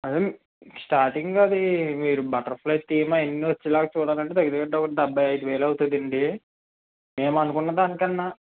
అదే మేమ్ స్టార్టింగ్ అదీ మీరు బటర్ ఫ్లై థీమ్ అయన్ని వచ్చేలా చూడాలంటే దగ్గర దగ్గర ఒక డెబ్బై ఐదు వేలు అవుతదండీ మేము అనుకున్నదానికన్నా